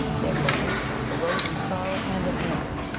therefore glooskap arose in sorrow and in anger,